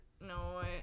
no